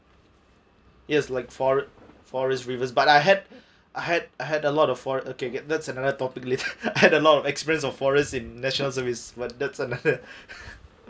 yes like for forest rivers but I had I had had a lot of four okay get that's another topic I had a lot of experience of forest in national service but that's another